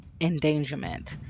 endangerment